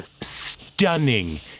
stunning